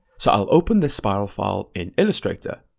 so i'll open the spiral file in illustrator.